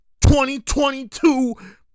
2022